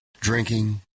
drinking